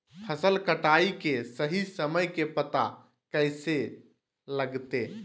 फसल कटाई के सही समय के पता कैसे लगते?